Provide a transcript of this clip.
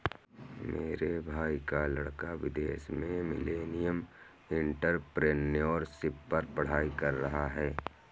मेरे भाई का लड़का विदेश में मिलेनियल एंटरप्रेन्योरशिप पर पढ़ाई कर रहा है